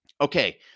Okay